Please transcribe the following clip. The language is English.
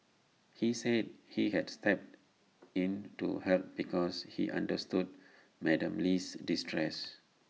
he said he had stepped in to help because he understood Madam Lee's distress